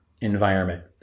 environment